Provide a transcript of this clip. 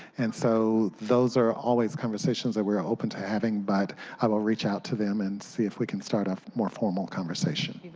and so those are always conversations we are open to having, but i will reach out to them and see if we can start a more formal conversation.